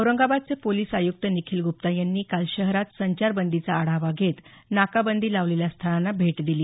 औरंगाबादचे पोलिस आयुक्त निखील गुप्ता यांनी काल शहरात संचार बंदीचा आढावा घेत नाकाबंदी लावलेल्या स्थळांना भेट दिली